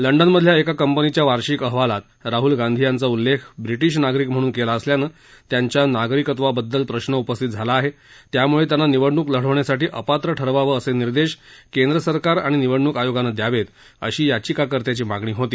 लंडनमधल्या एका कंपनीच्या वार्षिक अहवालात राहूल गांधी यांचा उल्लेख ब्रिटिश नागरिक म्हणून केला असल्यानं त्यांच्या नागरिकत्वाबद्दल प्रश्न उपस्थित झाला आहे त्याम्ळे त्यांना निवडणूक लढवण्यासाठी अपात्र ठरवावं असे निर्देश केंद्रसरकार आणि निवडणूक आयोगानं द्यावेत अशी याचिकाकर्त्याची मागणी होती